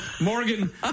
Morgan